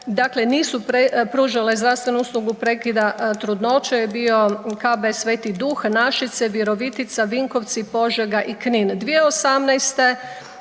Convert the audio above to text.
dakle nisu pružale zdravstvenu uslugu prekida trudnoće je bio KB Sveti Duh, Našice, Virovitica, Vinkovci, Požega i Knin.